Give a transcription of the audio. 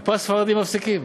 פה הספרדים מפסיקים.